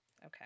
okay